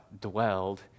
dwelled